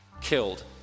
killed